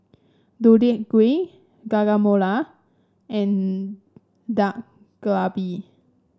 Deodeok Gui Guacamole and Dak Galbi